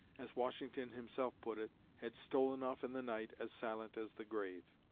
as washington himself put it, had stolen off in the night as silent as the grave.